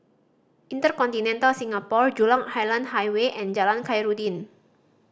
InterContinental Singapore Jurong Island Highway and Jalan Khairuddin